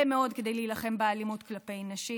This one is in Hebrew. מאוד כדי להילחם באלימות כלפי נשים.